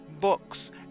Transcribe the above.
books